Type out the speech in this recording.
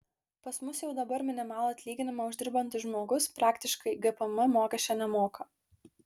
pas mus jau dabar minimalų atlyginimą uždirbantis žmogus praktiškai gpm mokesčio nemoka